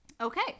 okay